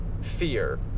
fear